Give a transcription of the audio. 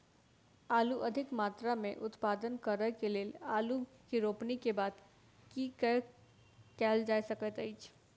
आलु अधिक मात्रा मे उत्पादन करऽ केँ लेल आलु केँ रोपनी केँ बाद की केँ कैल जाय सकैत अछि?